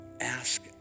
Ask